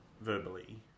verbally